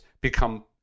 become